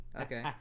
Okay